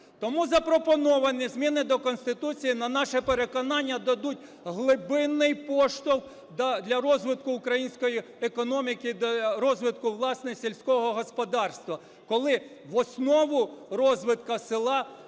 Тому запропоновані зміни до Конституції, на наше переконання, дадуть глибинний поштовх для розвитку української економіки, для розвитку, власне, сільського господарства, коли в основу розвитку села